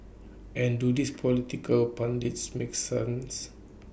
and do this political pundits make sense